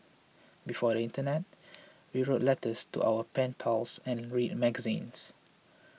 a smile can often lift up a weary spirit